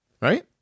Right